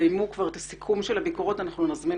שכשתסיימו את סיכום הביקורת אנחנו נזמין